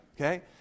Okay